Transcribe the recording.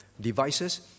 devices